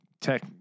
tech